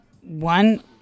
one